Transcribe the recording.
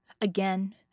again